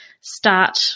start